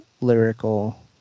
lyrical